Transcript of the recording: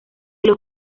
los